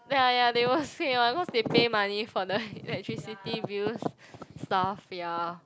ya ya they will say one cause they pay money for the electricity bills stuff ya